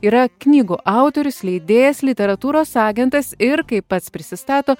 yra knygų autorius leidėjas literatūros agentas ir kaip pats prisistato